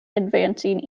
advancing